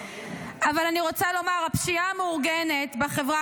אבל אני רוצה לומר: הפשיעה המאורגנת בחברה